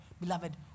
beloved